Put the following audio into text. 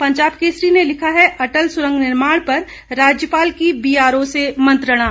पंजाब केसरी ने लिखा है अटल सुरंग निर्माण पर राज्यपाल की बीआरओ से मंत्रणा